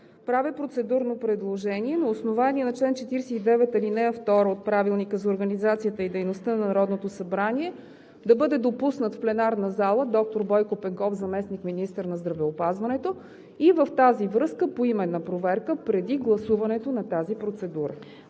правя процедурно предложение на основание чл. 42, ал. 2 от Правилника за организацията и дейността на Народното събрание да бъде допуснат в пленарна зала доктор Бойко Пенков – заместник-министър на здравеопазването, и в тази връзка поименна проверка преди гласуването на тази процедура.